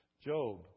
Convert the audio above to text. Job